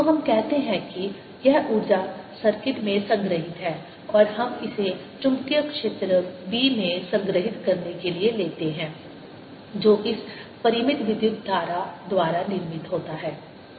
तो हम कहते हैं कि यह ऊर्जा सर्किट में संग्रहीत है और हम इसे चुंबकीय क्षेत्र B में संग्रहीत करने के लिए लेते हैं जो इस परिमित विद्युत धारा द्वारा निर्मित होता है